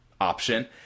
option